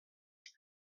els